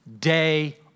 day